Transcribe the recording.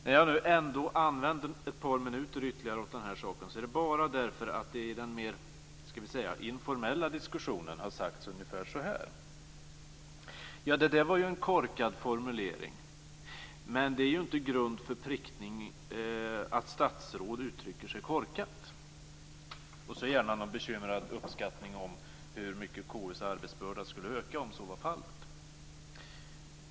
När jag nu ändå använder ett par minuter ytterligare åt den här saken är det bara därför att det i den mer informella diskussionen har sagts ungefär så här: "Ja, det där var ju en korkad formulering, men det är ju inte grund för prickning att statsråd uttrycker sig korkat." Och sedan kommer gärna någon bekymrad uppskattning av hur mycket KU:s arbetsbörda skulle öka om så var fallet.